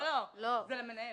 לא, 224,000. זה לעובד?